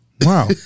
Wow